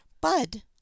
bud